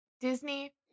Disney